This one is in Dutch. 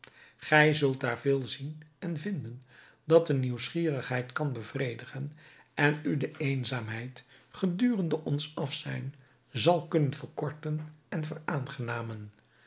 gij zult daar veel zien en vinden dat de nieuwsgierigheid kan bevredigen en u de eenzaamheid gedurende ons afzijn zal kunnen verkorten en veraangenamen